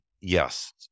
yes